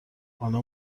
آنها